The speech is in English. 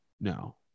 no